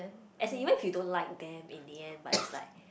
as in even if you don't like them in the end but it's like